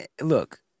look